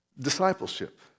discipleship